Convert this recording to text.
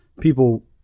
People